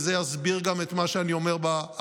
וזה יסביר גם את מה שאני אומר בהתחלה.